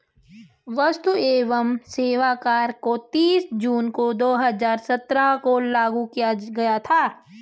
वस्तु एवं सेवा कर को तीस जून दो हजार सत्रह को लागू किया गया था